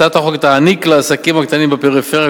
הצעת החוק תעניק לעסקים הקטנים בפריפריה